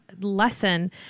lesson